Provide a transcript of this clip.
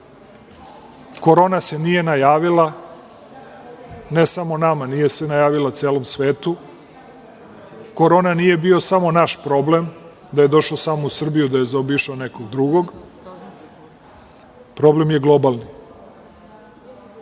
Korona se nije najavila, ne samo nama, nije se najavila celom svetu. Korona nije bio samo naš problem, da je došao samo u Srbiju, da je zaobišao nekog drugog. Problem je globalni. Da